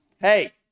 Hey